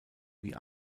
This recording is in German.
wie